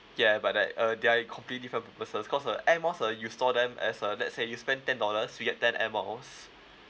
ya but like uh they are like completely different purposes cause uh air miles uh you saw them as a let's say you spend ten dollars you get ten air miles